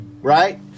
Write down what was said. right